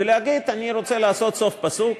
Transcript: ולהגיד: אני רוצה לעשות סוף פסוק,